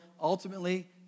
Ultimately